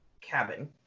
cabin